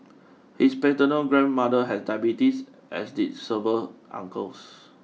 his paternal grandmother had diabetes as did several uncles